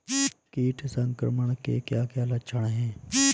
कीट संक्रमण के क्या क्या लक्षण हैं?